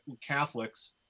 Catholics